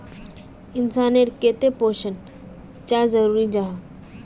इंसान नेर केते पोषण चाँ जरूरी जाहा?